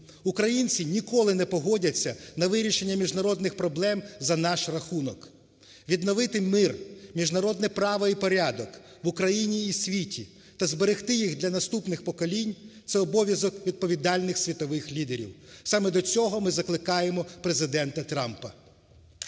Українці ніколи не погодяться на вирішення міжнародних проблем за наш рахунок. Відновити мир, міжнародне право і порядок в Україні і світі та зберегти їх для наступних поколінь – це обов'язок відповідальних світових лідерів. Саме до цього ми закликаємо ПрезидентаТрампа.